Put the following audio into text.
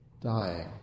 dying